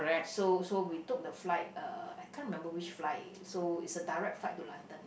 so so we took the flight uh I can't remember which flight so it's a direct flight to London